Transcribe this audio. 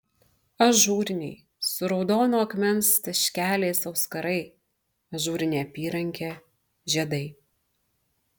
ažūriniai su raudono akmens taškeliais auskarai ažūrinė apyrankė žiedai